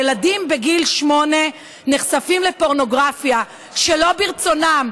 ילדים בגיל שמונה נחשפים לפורנוגרפיה שלא ברצונם.